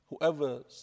whoever